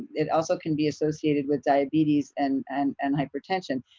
it also can be associated with diabetes and and and hypertension.